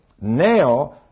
Now